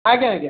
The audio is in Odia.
ଆଜ୍ଞା ଆଜ୍ଞା